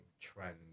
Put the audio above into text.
trend